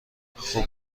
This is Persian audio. خوب